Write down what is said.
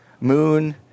Moon